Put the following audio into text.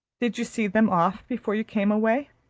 did you see them off, before you came away?